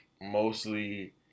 mostly